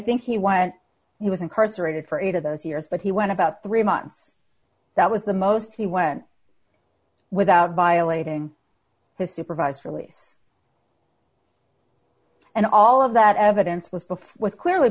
think he went he was incarcerated for eight of those years but he went about three months that was the most he went without violating his supervised release and all of that evidence was before was clearly